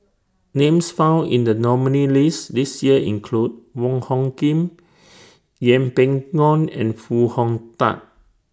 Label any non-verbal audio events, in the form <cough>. Names found in The nominees' list This Year include Wong Hung Khim <noise> Yeng Pway Ngon and Foo Hong Tatt